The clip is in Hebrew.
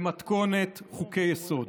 במתכונת חוקי-יסוד.